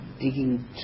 digging